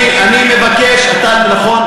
נכון,